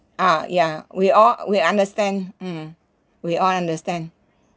ah ya we all we understand mm mm we all understand